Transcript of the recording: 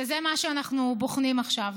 וזה מה שאנחנו בוחנים עכשיו.